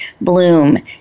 bloom